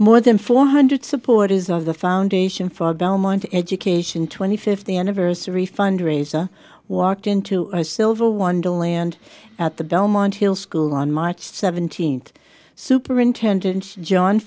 more than four hundred supporters of the foundation for belmont education twenty fifth anniversary fundraiser walked into a silver wonderland at the belmont hill school on march seventeenth superintendent john